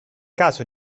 caso